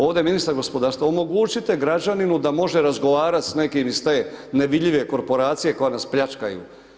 Ovdje ministar gospodarstva omogućite građaninu da može razgovarat s nekim iz te nevidljive korporacije koja nas pljačkaju.